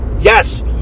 yes